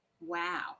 Wow